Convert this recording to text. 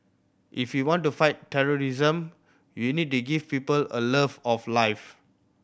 if you want to fight terrorism you need to give people a love of life